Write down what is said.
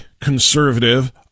conservative